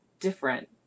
different